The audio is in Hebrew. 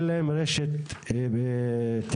אין להם רשת בתקשורת,